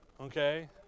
Okay